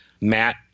Matt